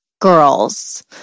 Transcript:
girls